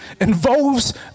involves